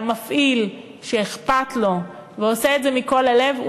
מפעיל שאכפת לו והוא עושה את זה מכל הלב,